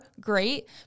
great